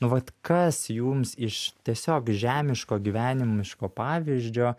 nu vat kas jums iš tiesiog žemiško gyvenimiško pavyzdžio